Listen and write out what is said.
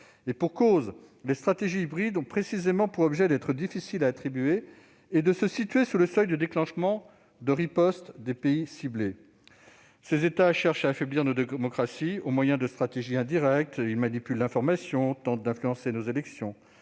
Et pour cause, les stratégies hybrides ont précisément pour objet d'être difficiles à attribuer et de se situer sous le seuil de déclenchement de riposte des pays ciblés. Ces États cherchent à affaiblir nos démocraties au moyen de stratégies indirectes ; ils manipulent l'information et tentent d'influencer nos élections.